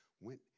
went